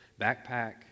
backpack